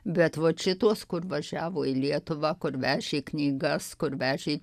bet vot šituos kur važiavo į lietuvą kur vežė knygas kur vežė